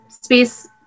space